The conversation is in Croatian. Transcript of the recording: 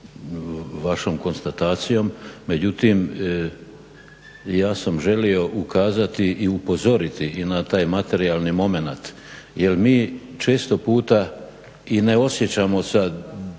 vašom konstatacijom međutim ja sam želio ukazati i upozoriti i na taj materijalni momenat jel mi često puta i ne osjećamo sa dizanjem,